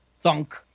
thunk